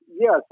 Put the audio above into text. Yes